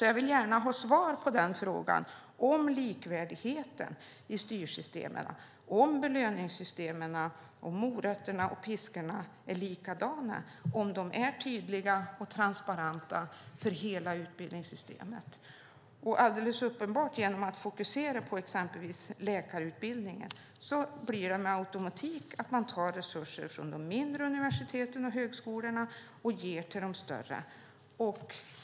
Jag vill gärna ha svar på frågan om likvärdigheten i styrsystemen, om belöningssystemen, om morötterna och piskorna är likadana, om de är tydliga och transparenta för hela utbildningssystemet. Genom att fokusera på exempelvis läkarutbildningen blir det med automatik så att man tar resurser från de mindre universiteten och högskolorna och ger till de större.